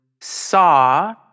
saw